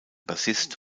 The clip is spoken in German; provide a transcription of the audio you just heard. bassist